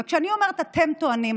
וכשאני אומרת "אתם טוענים",